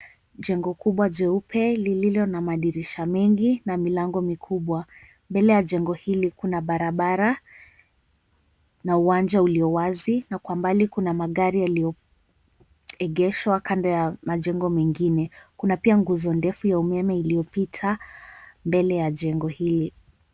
Jengo kubwa jeupe lililo na madirisha mengi na milango mikubwa. Mbele ya jengo hili kuna barabara na uwanja iliyowazi na Kwa umbali kuna magari yaliyoegeshwa kando na jengo lingine kuna pia nguzo ndefu ya umeme uliopita mbele ya jengo hili.